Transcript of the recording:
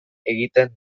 egiten